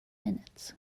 minutes